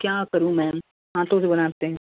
क्या करूँ मैम हाथों से बनाते हैं